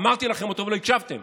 אמרתי לכם אותו אבל לא הקשבתם: